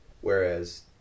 whereas